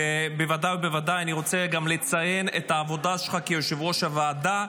ובוודאי ובוודאי אני רוצה גם לציין את העבודה שלך כיושב-ראש הוועדה.